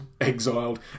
exiled